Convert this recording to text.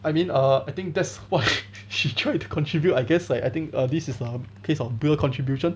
I mean err I think that's what she tried to contribute I guess I I think err this is a case of bill contribution